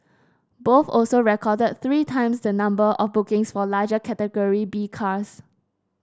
both also recorded three times the number of bookings for larger Category B cars